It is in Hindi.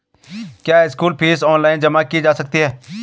क्या स्कूल फीस ऑनलाइन जमा की जा सकती है?